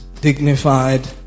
dignified